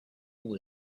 who